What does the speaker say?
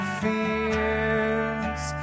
fears